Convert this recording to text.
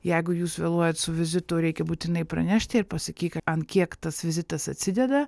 jeigu jūs vėluojat su vizitu reikia būtinai pranešti ir pasakyk ant kiek tas vizitas atsideda